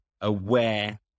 aware